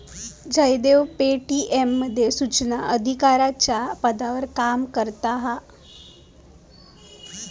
Jaydev Paytm मध्ये सुचना अधिकाराच्या पदावर काम करता हा